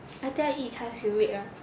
I think I eat char siew wait ah